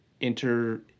enter